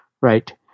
right